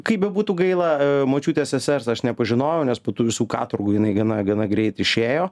kaip bebūtų gaila močiutės sesers aš nepažinojau nes po tų visų katorgų jinai gana gana greit išėjo